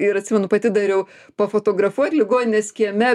ir atsimenu pati dariau pafotografuot ligoninės kieme